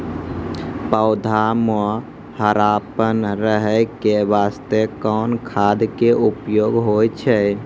पौधा म हरापन रहै के बास्ते कोन खाद के उपयोग होय छै?